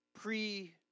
pre-